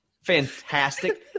Fantastic